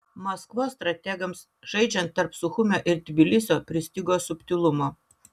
maskvos strategams žaidžiant tarp suchumio ir tbilisio pristigo subtilumo